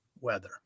weather